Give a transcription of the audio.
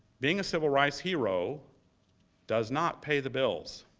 being a civil rights hero does not pay the bills.